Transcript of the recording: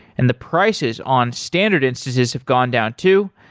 and the prices on standard instances have gone down too.